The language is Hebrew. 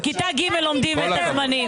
בכיתה ג' לומדים את הזמנים.